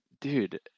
dude